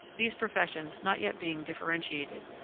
these professions not yet being differentiated.